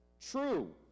True